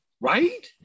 Right